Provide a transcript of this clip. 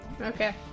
Okay